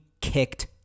kicked